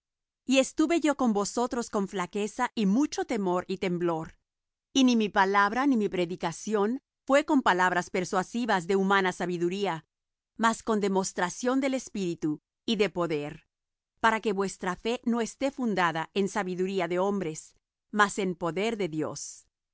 y estuve yo con vosotros con flaqueza y mucho temor y temblor y ni mi palabra ni mi predicación fué con palabras persuasivas de humana sabiduría mas con demostración del espíritu y de poder para que vuestra fe no esté fundada en sabiduría de hombres mas en poder de dios